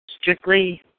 strictly